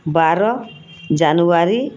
ବାର ଜାନୁଆରୀ